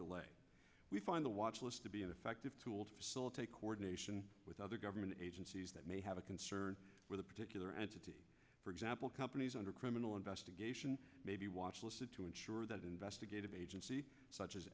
delay we find the watchlist to be an effective tool to facilitate coordination with other government agencies that may have a concern with a particular entity for example companies under criminal investigation may be watchlist to ensure that investigative agency such as